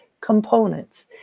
components